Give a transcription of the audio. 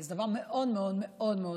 זה דבר מאוד מאוד חשוב,